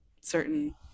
certain